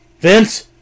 Vince